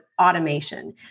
automation